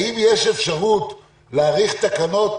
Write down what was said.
האם יש אפשרות להאריך תקנות,